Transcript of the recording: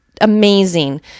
amazing